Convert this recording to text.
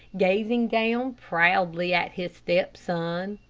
gazing down proudly at his step-son.